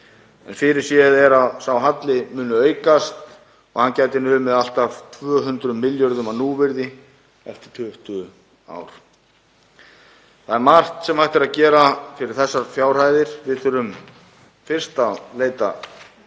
Fyrirséð er að sá halli muni aukast og hann gæti numið allt að 200 milljörðum á núvirði eftir 20 ár. Það er margt sem hægt er að gera fyrir þessar fjárhæðir. Við þurfum fyrst að leita leiða